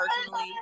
personally